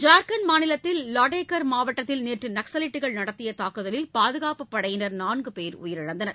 ஜார்க்கண்ட் மாநிலத்தில் லாடேகார் மாவட்டத்தில் நேற்று நக்ஸவைட்டுகள் நடத்திய தாக்குதலில் பாதுகாப்பு படையினர் நான்கு பேர் உயிரிழந்தனர்